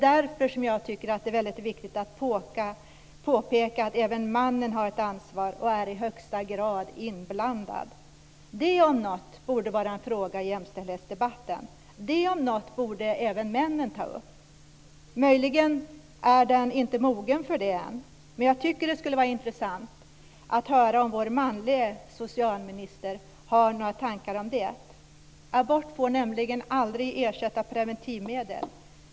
Därför tycker jag att det är viktigt att påpeka att även mannen har ett ansvar och i högsta grad är inblandad. Det om något borde vara en fråga i jämställdhetsdebatten. Det om något borde även männen ta upp. Möjligen är tiden inte mogen för det ännu. Men jag tycker att det skulle vara intressant att höra om vår manlige socialminister har några tankar om det. Abort får nämligen aldrig ersätta preventivmedel.